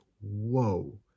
whoa